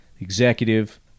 Executive